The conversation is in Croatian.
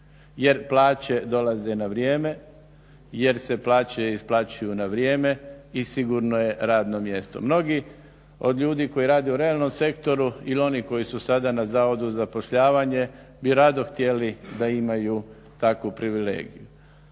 jer plaće dolaze na vrijeme, jer se plaće isplaćuju na vrijeme i sigurno je radno mjesto. Mnogi od ljudi koji rade u realnom sektoru ili oni koji su sada na zavodu za zapošljavanje bi rado htjeli da imaju takvu privilegiju.